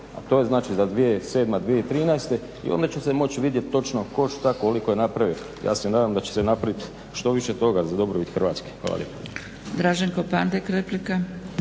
to je znači za 2007., 2013.i onda će se moć vidjet tko šta, koliko je napravio, ja se nadam da će se napravit što više toga za dobrobit Hrvatske. Hvala lijepa.